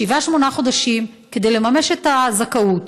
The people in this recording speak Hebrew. שבעה-שמונה חודשים לממש את הזכאות.